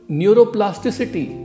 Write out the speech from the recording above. neuroplasticity